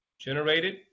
generated